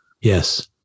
Yes